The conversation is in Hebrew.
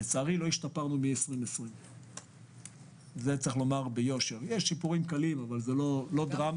לצערי לא השתפרנו משנת 2020. יש שיפורים קלים אבל לא דרמטיים.